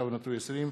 ופ/1203/20,